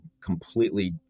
completely